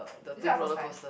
is it your first time